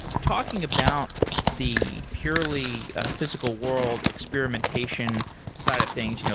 talking about the purely physical world experimentation side of things, you know